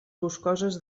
boscoses